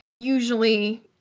Usually